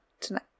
tonight